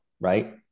right